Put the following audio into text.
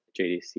JDC